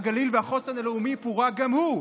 הגליל והחוסן הלאומי פורק גם הוא,